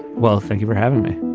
well, thank you for having me.